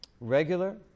Regular